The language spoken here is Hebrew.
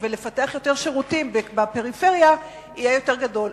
ולפתח יותר שירותים בפריפריה תהיה יותר גדולה.